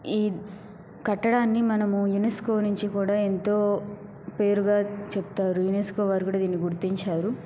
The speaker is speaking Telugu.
ఈ కట్టడాన్ని మనము యునెస్కో నుంచి కూడ ఎంతో పేరుగా చెప్తారు యునెస్కో వారు కూడా దిన్ని గుర్తించారు